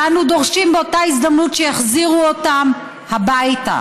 ואנו דורשים באותה הזדמנות שיחזירו אותם הביתה.